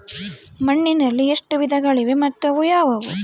ಮಣ್ಣಿನಲ್ಲಿ ಎಷ್ಟು ವಿಧಗಳಿವೆ ಮತ್ತು ಅವು ಯಾವುವು?